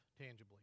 tangibly